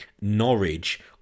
Norwich